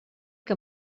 que